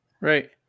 Right